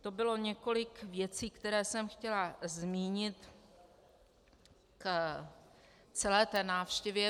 To bylo několik věcí, které jsem chtěla zmínit k celé návštěvě.